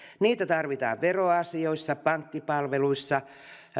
niitä tarvitaan veroasioissa pankkipalveluissa